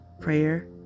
prayer